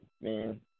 Man